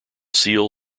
seal